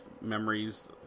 memories